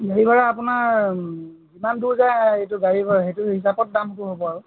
গাড়ী ভাড়া আপোনাৰ যিমান দূৰ যায় এইটো গাড়ী ভাড়া সেইটো হিচাপত দামটো হ'ব আৰু